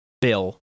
bill